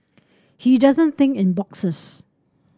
he doesn't think in boxes